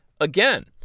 again